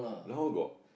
now got